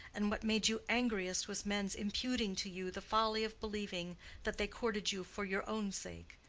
and what made you angriest was men's imputing to you the folly of believing that they courted you for your own sake.